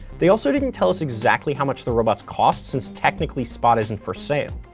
they also didn't tell us exactly how much the robots cost, since technically spot isn't for sale.